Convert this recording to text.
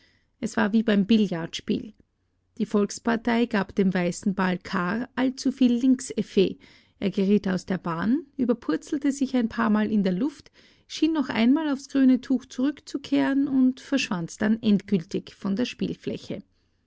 es war wie beim billardspiel die volkspartei gab dem weißen ball kahr allzu viel linkseffet er geriet aus der bahn überpurzelte sich ein paarmal in der luft schien noch einmal aufs grüne tuch zurückzukehren und verschwand dann endgültig von der